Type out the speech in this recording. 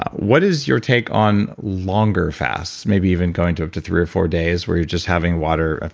what is your take on longer fasts, maybe even going to up to three or four days where you're just having water? ah